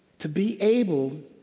to be able